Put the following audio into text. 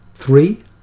Three